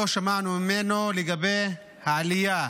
לא שמענו ממנו לגבי העלייה,